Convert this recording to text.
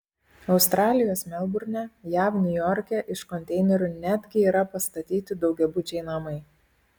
australijos melburne jav niujorke iš konteinerių netgi yra pastatyti daugiabučiai namai